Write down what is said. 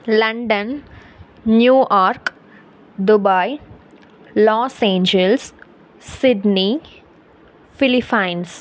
London New York Dubai Los Angeles Sydney Philippines